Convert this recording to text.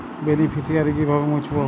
Beneficiary কিভাবে মুছব?